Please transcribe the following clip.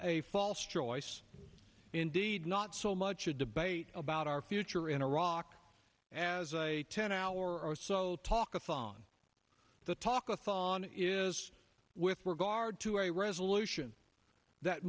a false choice indeed not so much a debate about our future in iraq as a ten hour or so talkathon the talkathon is with regard to a resolution that